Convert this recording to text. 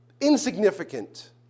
insignificant